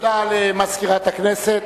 תודה למזכירת הכנסת.